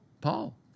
Paul